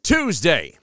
Tuesday